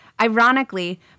ironically